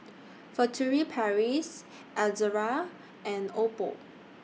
Furtere Paris Ezerra and Oppo